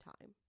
time